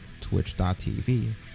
twitch.tv